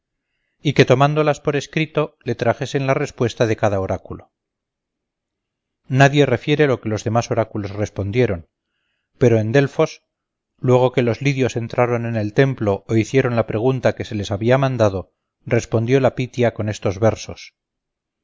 y que le trajesen la respuesta de cada oráculo por escrito no sabemos lo que respondieron los demás oráculos pero en delfos tras entrar los lidios en el templo y preguntar lo que se les había mandado respondió la pitia con estos versos